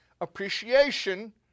appreciation